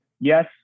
yes